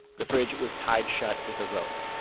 the fridge was tied shut with a rope.